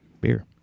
beer